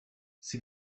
sie